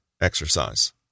Exercise